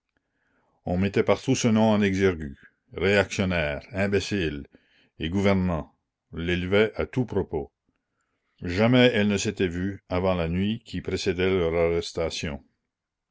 on mettait partout ce nom en exergue réactionnaires imbéciles et gouvernants l'élevaient à tout propos jamais elles ne s'étaient vues avant la nuit qui précéda leur arrestation